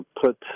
put